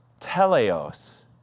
teleos